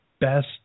best